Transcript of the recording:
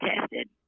tested